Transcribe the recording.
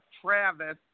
Travis